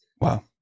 Wow